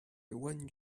want